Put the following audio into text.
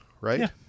right